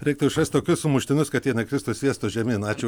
reiktų išrast tokius sumuštinius kad jie nekristų sviestu žemyn ačiū